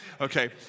Okay